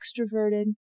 extroverted